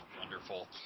wonderful